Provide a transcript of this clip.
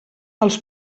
els